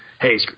Hey